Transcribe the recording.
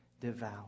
devour